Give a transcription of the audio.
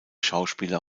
schauspieler